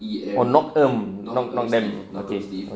oh knockem knock knock them okay